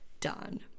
done